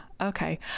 Okay